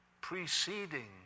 preceding